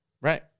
Right